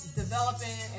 developing